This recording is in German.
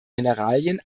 mineralien